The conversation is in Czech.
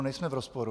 Nejsme v rozporu.